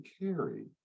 carry